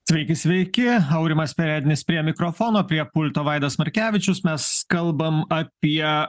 sveiki sveiki aurimas perednis prie mikrofono prie pulto vaidas markevičius mes kalbam apie